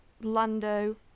Lando